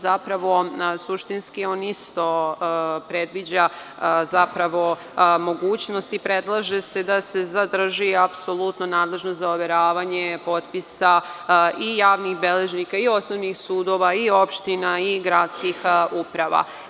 Zapravo, suštinski on isto predviđa zapravo mogućnosti i predlaže se da se zadrži apsolutno nadležnost za overavanje potpisa i javnih beležnika i osnovnih sudova i opština i gradskih uprava.